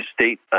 State